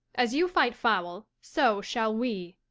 as you fight foul so shall we.